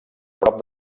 prop